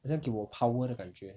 好像给我 power 的感觉